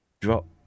drop